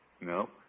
No